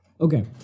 Okay